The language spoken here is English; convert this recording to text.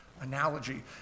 analogy